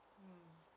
mm